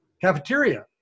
cafeteria